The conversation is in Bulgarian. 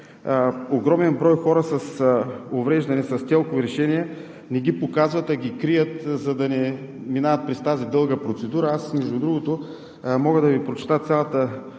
огромен брой хора с увреждания – с ТЕЛК-ови решения, не ги показват, а ги крият, за да не минават през тази дълга процедура. Аз, между другото, мога да Ви прочета цялата